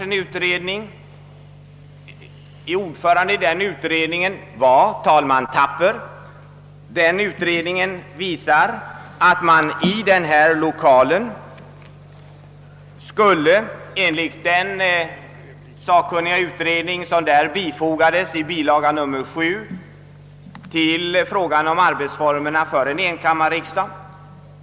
En utredning, där talman Thapper var ordförande, har visat att vi skulle kunna ordna det på det sättet. Det framgår av bilaga 7 till betänkandet om arbetsformerna för en enkammarriksdag.